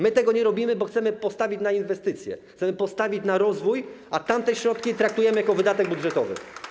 My tego nie robimy, bo chcemy postawić na inwestycje, chcemy postawić na rozwój, a tamte środki traktujemy jako wydatek budżetowy.